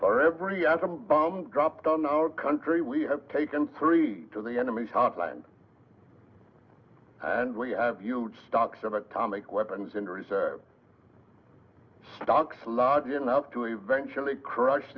bomb dropped on our country we have taken three to the enemy's hotline and we have huge stocks of atomic weapons in reserve stocks large enough to eventually crush